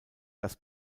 das